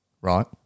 Right